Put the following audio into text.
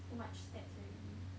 too much stats already